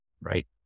right